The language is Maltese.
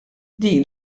din